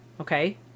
okay